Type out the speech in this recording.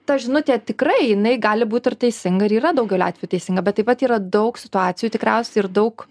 ta žinutė tikrai jinai gali būti ir teisinga ir yra daugeliu atveju teisinga bet taip pat yra daug situacijų tikriausiai ir daug